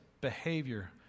behavior